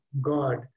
God